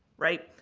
right,